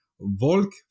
Volk